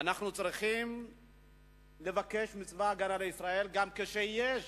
אנחנו צריכים לבקש מצבא-הגנה לישראל, כשיש